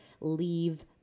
leave